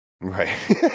Right